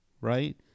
right